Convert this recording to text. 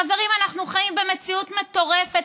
חברים, אנחנו חיים במציאות מטורפת.